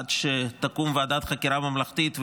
עד שתקום ועדת חקירה ממלכתית,